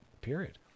period